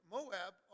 Moab